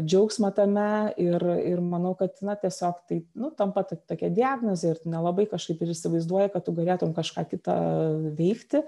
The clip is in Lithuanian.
džiaugsmą tame ir ir manau kad na tiesiog tai nu tampa tokia diagnozė ir tu nelabai kažkaip ir įsivaizduoji kad tu galėtum kažką kita veikti